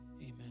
amen